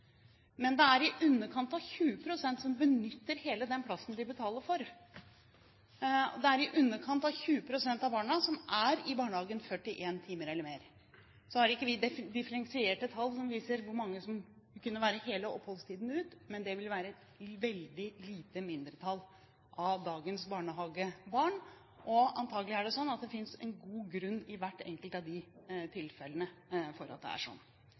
Men det er i underkant av 20 pst. som benytter hele den plassen de betaler for. Det er i underkant av 20 pst. av barna som er i barnehagen 41 timer eller mer. Så har vi ikke differensierte tall som viser hvor mange som er hele oppholdstiden ut, men det vil være et veldig lite mindretall av dagens barnehagebarn, og antagelig finnes det en god grunn i hvert enkelt av de tilfellene. Dette forslaget er